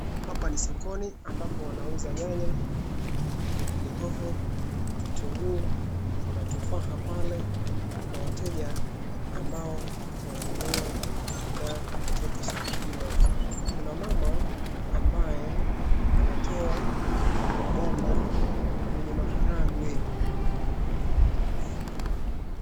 Hapa ni sokoni ambapo wanauza nyanya, pilipilihoho, kitunguu, kuna tufaha na pale kuna wateja ambao wananunua bidhaa kutoka soko hilo. Kuna mama ambaye anatoa maganda kwenye maharagwe.